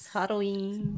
Halloween